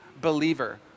believer